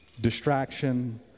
Distraction